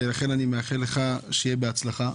לכן אני מאחל לך שיהיה בהצלחה.